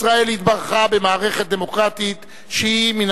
ישראל התברכה במערכת דמוקרטית שהיא מן